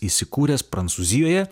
įsikūręs prancūzijoje